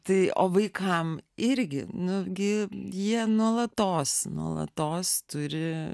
tai o vaikam irgi nu gi jie nuolatos nuolatos turi